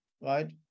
right